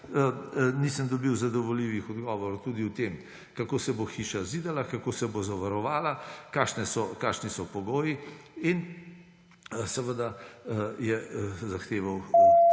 nisem dobil zadovoljivih odgovorov tudi o tem, kako se bo hiša zidala, kako se bo zavarovala, kakšni so pogoji. Seveda sem zahteval